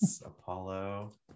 Apollo